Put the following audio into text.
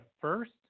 first